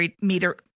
meter